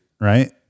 right